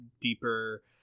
deeper